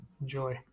Enjoy